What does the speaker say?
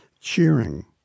cheering